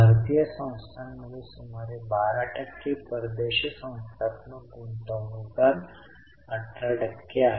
भारतीय संस्थांमध्ये सुमारे 12 टक्के परदेशी संस्थात्मक गुंतवणूकदार 18 टक्के आहेत